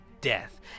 death